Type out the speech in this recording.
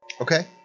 Okay